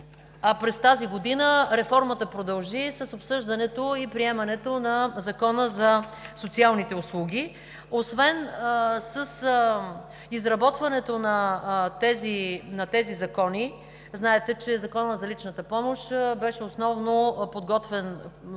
а през тази година реформата продължи с обсъждането и приемането на Закона за социалните услуги. Освен с изработването на тези закони – знаете, че Законът за личната помощ беше основно подготвен в